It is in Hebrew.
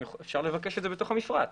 אפשר לבקש את זה בתוך המפרט.